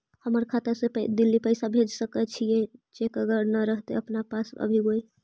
हमर खाता से दिल्ली पैसा भेज सकै छियै चेक अगर नय रहतै अपना पास अभियोग?